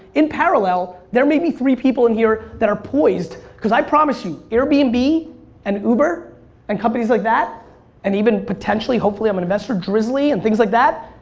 in parallel, there may be three people in here that are poised because i promise you airbnb and uber and companies like that and even potentially hopefully i'm an investor drizzly and things like that,